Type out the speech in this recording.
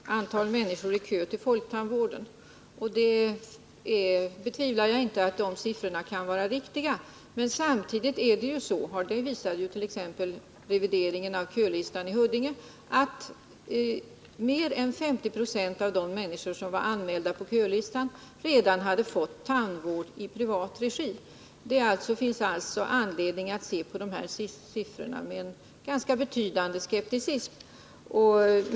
Herr talman! Inga Lantz redovisar att det står ett betydande antal människor i kö till folktandvården, och jag betvivlar inte att de siffrorna är riktiga. Men samtidigt är det ju så — det visar t.ex. revideringen av kölistan i Huddinge — att mer än 50 96 av de människor som var anmälda på kölistan redan hade fått tandvård i privat regi. Det finns alltså anledning att se på de här siffrorna med ganska betydande skepsis.